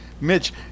Mitch